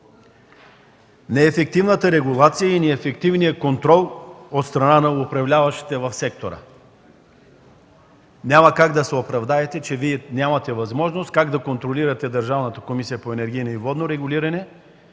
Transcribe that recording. неефективната регулация и неефективния контрол от страна на управляващите в сектора. Няма как да се оправдаете, че нямате възможност да контролирате Държавната комисия за енергийно и водно регулиране,